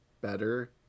better